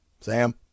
Sam